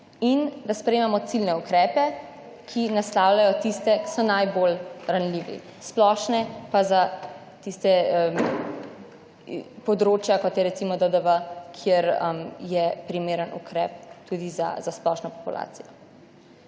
in da sprejemamo ciljne ukrepe, ki naslavljajo tiste, ki so najbolj ranljivi, splošne pa za tiste področja, kot je recimo DDV, kjer je primeren ukrep tudi za splošno populacijo.